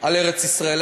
על ארץ-ישראל,